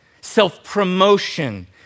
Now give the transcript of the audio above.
self-promotion